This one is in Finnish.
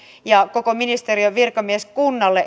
ja koko ministeriön virkamieskunnalle